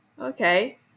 Okay